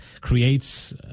creates